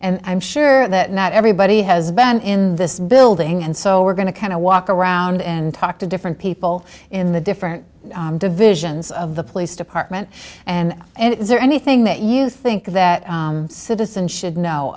and i'm sure that not everybody has been in this building and so we're going to kind of walk around and talk to different people in the different divisions of the police department and and is there anything that you think that citizen should know